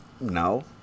No